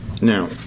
now